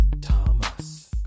Thomas